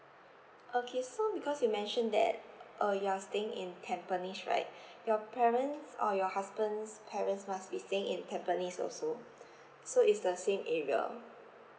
okay so because you mentioned that uh you are staying in tampines right your parents or your husband's parents must be staying in tampines also so it's the same area